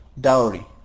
dowry